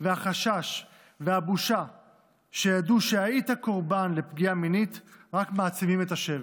והחשש והבושה מכך שידעו שהיית קורבן לפגיעה מינית רק מעצימים את השבר.